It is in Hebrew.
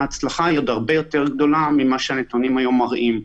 ההצלחה היא עוד הרבה יותר גדולה ממה שהנתונים היום מראים.